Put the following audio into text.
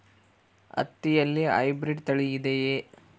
ಹತ್ತಿಯಲ್ಲಿ ಹೈಬ್ರಿಡ್ ತಳಿ ಇದೆಯೇ?